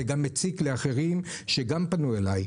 זה גם מציק לאחרים שגם פנו אלי.